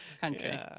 Country